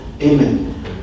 Amen